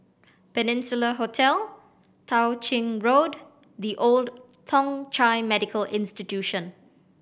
Peninsula Hotel Tao Ching Road The Old Thong Chai Medical Institution